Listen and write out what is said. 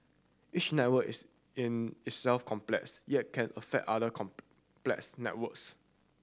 each network is in itself complex yet can affect other complex networks